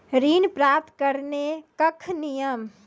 ऋण प्राप्त करने कख नियम?